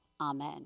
amen